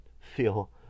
feel